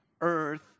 earth